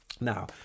Now